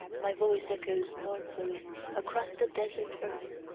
my voice echoes mournfully across the desert earth,